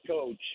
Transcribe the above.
coach